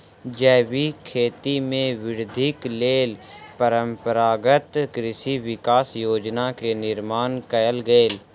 जैविक खेती में वृद्धिक लेल परंपरागत कृषि विकास योजना के निर्माण कयल गेल